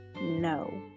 no